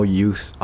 youth